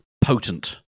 potent